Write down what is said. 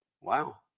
Wow